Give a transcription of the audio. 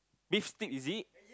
beef steak is it